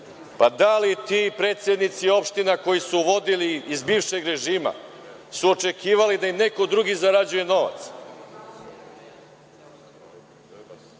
da li ti predsednici opština koji su vodili iz bivšeg režima su očekivali da im neko drugi zarađuje novac? Da